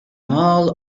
all